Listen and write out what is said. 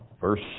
Verse